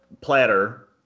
platter